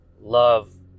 love